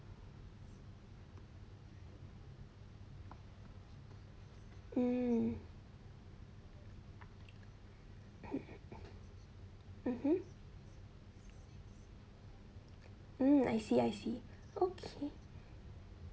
mm mmhmm mm I see I see okay